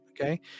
Okay